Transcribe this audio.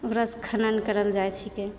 ओकरा से खनन करल जाइत छिकै